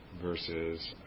versus